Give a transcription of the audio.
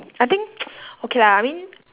I think okay lah I mean